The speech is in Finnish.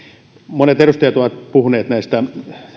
monet edustajat ovat puhuneet näistä